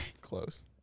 close